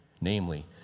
namely